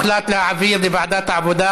הוחלט להעביר לוועדת העבודה.